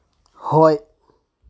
ꯍꯣꯏ